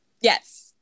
Yes